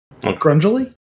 Grungily